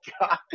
god